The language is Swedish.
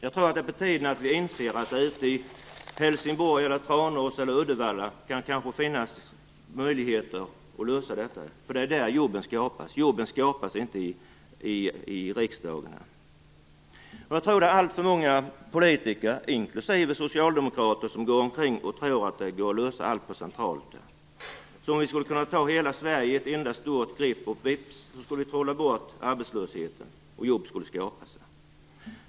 Jag tror att det är på tiden att vi inser att det ute i Helsingborg, Tranås eller Uddevalla kanske kan finnas möjligheter att lösa detta, för det är där jobben skapas. Jobben skapas inte i riksdagen. Jag tror att alltför många politiker, inklusive socialdemokrater, går omkring och tror att det går att lösa allt centralt, att vi skulle kunna ta hela Sverige i ett enda stort grepp och - vips - trolla bort arbetslösheten och skapa jobb.